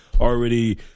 already